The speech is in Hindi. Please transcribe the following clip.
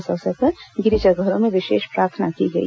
इस अवसर पर गिरिजाघरों में विशेष प्रार्थना की गई